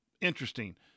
interesting